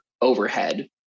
overhead